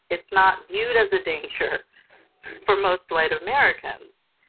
it's not viewed as a danger for most white americans,